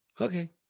Okay